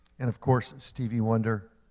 and, of course, stevie wonder,